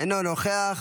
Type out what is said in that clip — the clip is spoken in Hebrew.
אינו נוכח.